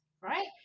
right